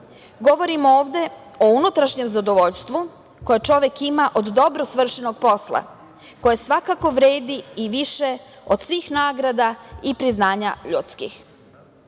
Govorim ovde o unutrašnjem zadovoljstvu koje čovek ima od dobro svršenog posla, koje svakako vredi i više od svih nagrada i priznanja ljudskih.“Ja